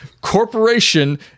Corporation